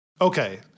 Okay